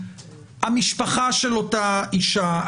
המשפחה של אותה אישה,